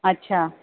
अच्छा